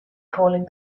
calling